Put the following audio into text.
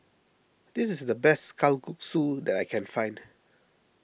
this is the best Kalguksu that I can find